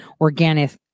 organic